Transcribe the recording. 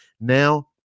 now